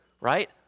right